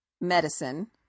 medicine